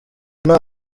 nta